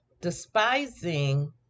despising